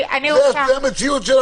הם קבועים בתקנות עצמן.